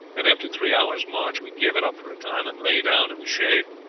and, after three hours' march, we gave it up for a time, and lay down in the shade,